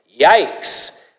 Yikes